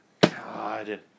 God